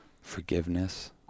Forgiveness